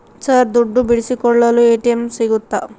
Sir ದುಡ್ಡು ಬಿಡಿಸಿಕೊಳ್ಳಲು ATM ಸಿಗುತ್ತಾ?